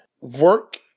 work